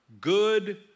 good